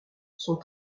sont